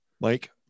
Mike